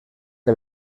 que